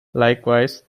likewise